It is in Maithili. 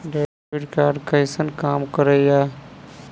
डेबिट कार्ड कैसन काम करेया?